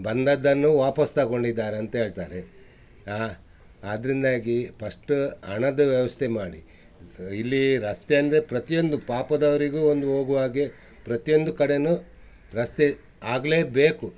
ಬಂದದ್ದನ್ನು ವಾಪಸ್ ತಗೊಂಡಿದ್ದಾರೆ ಅಂತ ಹೇಳ್ತಾರೆ ಆದರಿಂದಾಗಿ ಪಸ್ಟ್ ಹಣದ ವ್ಯವಸ್ಥೆ ಮಾಡಿ ಇಲ್ಲಿ ರಸ್ತೆ ಅಂದರೆ ಪ್ರತಿಯೊಂದು ಪಾಪದವರಿಗೂ ಹೊಂದು ಹೋಗುವಾಗೆ ಪ್ರತಿಯೊಂದು ಕಡೆನೂ ರಸ್ತೆ ಆಗಲೇಬೇಕು